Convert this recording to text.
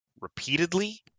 repeatedly